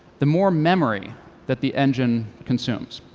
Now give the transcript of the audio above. the more memory that the engine consumes.